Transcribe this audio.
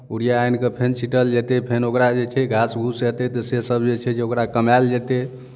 urea आनि कऽ फेर छीँटल जेतै फेर ओकरा जे छै घास घूस हेतै तऽ सेसभ जे छै जे ओकरा कमायल जेतै